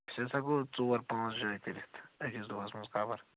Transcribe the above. أسۍ حظ ہٮ۪کَو ژور پانٛژھ جایہِ کٔرِتھ أکِس دۄہَس منٛز کَوَر